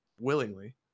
willingly